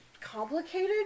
complicated